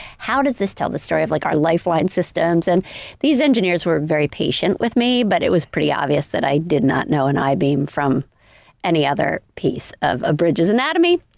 how does this tell the story of like our lifeline systems? and these engineers were very patient with me but it was pretty obvious that i did not know an i-beam from any other piece of bridges anatomy.